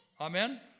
Amen